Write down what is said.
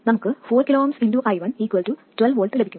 നമുക്ക് 4 kΩ i1 12 V ലഭിക്കും